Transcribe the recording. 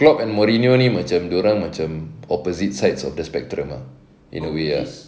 klopp and mourinho ni macam dorang macam opposite sides of the spectrum ah in a way ah